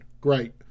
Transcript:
great